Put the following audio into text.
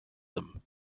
them